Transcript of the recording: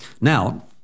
Now